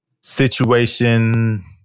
situation